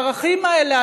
הערכים האלה,